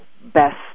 best